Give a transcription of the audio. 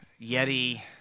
yeti